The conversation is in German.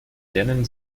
lernen